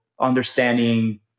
understanding